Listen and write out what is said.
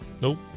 Nope